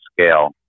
scale